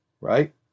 right